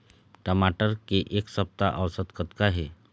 टमाटर के एक सप्ता औसत कतका हे?